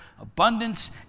abundance